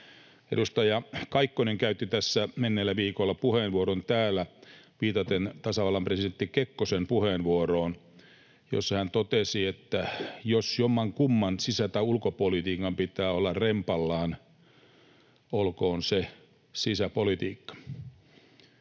Edustaja Kaikkonen käytti tässä menneellä viikolla puheenvuoron täällä viitaten tasavallan presidentti Kekkosen puheenvuoroon, jossa hän totesi, että jos jommankumman, sisä- tai ulkopolitiikan, pitää olla rempallaan, olkoon se sisäpolitiikka.